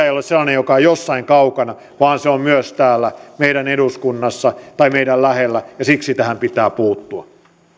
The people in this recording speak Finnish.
ei ole sellainen joka on jossain kaukana vaan se on myös täällä meidän eduskunnassamme tai meidän lähellämme ja siksi tähän pitää puuttua